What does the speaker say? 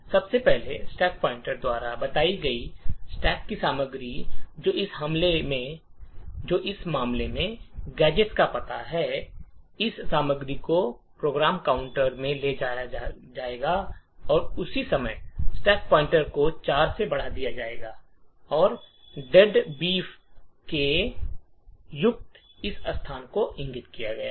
सबसे पहले stack pointer द्वारा बताई गई स्टैक की सामग्री जो इस मामले में गैजेट का पता है इस सामग्री को प्रोग्राम काउंटर में ले जाया जाएगा उसी समय स्टैक पॉइंटर को 4 से बढ़ा दिया जाएगा और डेडबीफ "deadbeaf" से युक्त इस स्थान को इंगित करेगा